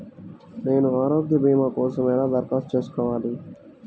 నేను ఆరోగ్య భీమా కోసం ఎలా దరఖాస్తు చేసుకోవాలి?